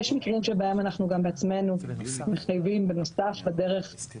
אנחנו רוצים הודעה אפקטיבית שהבנק יגיד ללקוח שההטבה שלך נגמרה,